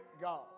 God